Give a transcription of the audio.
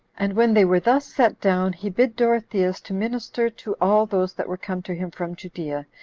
and when they were thus set down, he bid dorotheus to minister to all those that were come to him from judea,